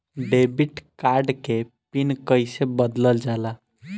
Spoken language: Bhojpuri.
डेबिट कार्ड के पिन कईसे बदलल जाला?